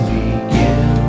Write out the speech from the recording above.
begin